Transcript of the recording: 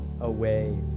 away